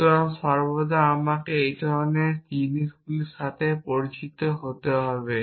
সুতরাং সর্বদা আপনাকে এই ধরণের জিনিসগুলির সাথে পরিচিত হতে হবে